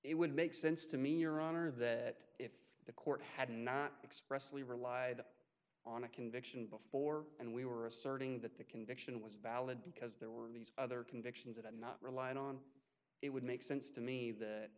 it would make sense to me your honor that if the court had not expressively relied on a conviction before and we were asserting that the conviction was valid because there were these other convictions that had not relied on it would make sense to me